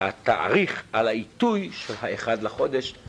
התאריך על העיתוי של האחד לחודש